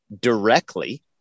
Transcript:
directly